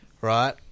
Right